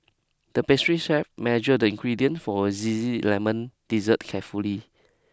the pastry chef measured the ingredients for a zesty lemon dessert carefully